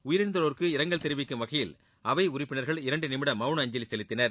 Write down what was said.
உயிரிழந்தோருக்கு இரங்கல் தெரிவிக்கும் வகையில் அவை உறுப்பினர்கள் இரண்டு நிமிட மவுன அஞ்சலி செலுத்தினர்